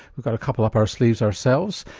we've got a couple up our sleeves ourselves,